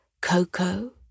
Coco